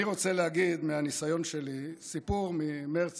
אני רוצה להגיד מהניסיון שלי: סיפור ממרץ